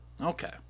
Okay